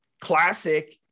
classic